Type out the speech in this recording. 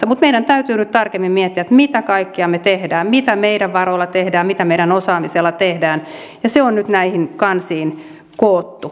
mutta meidän täytyy nyt tarkemmin miettiä mitä kaikkea me teemme mitä meidän varoilla tehdään mitä meidän osaamisella tehdään ja se on nyt näihin kansiin koottu